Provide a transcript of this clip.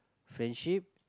friendship